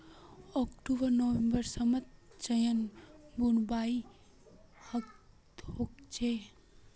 October नवंबरेर समयत चनार बुवाई हछेक